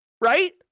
right